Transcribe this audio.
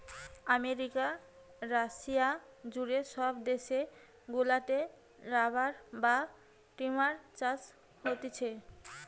America, Russia জুড়ে সব দেশ গুলাতে লাম্বার বা টিম্বার চাষ হতিছে